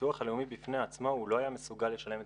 הביטוח הלאומי בפני עצמו לא היה מסוגל לשלם את